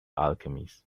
alchemist